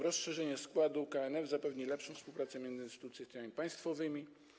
Rozszerzenie składu KNF zapewni lepszą współpracę między instytucjami państwowymi.